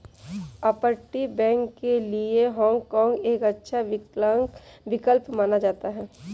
अपतटीय बैंक के लिए हाँग काँग एक अच्छा विकल्प माना जाता है